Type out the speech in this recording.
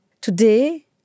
today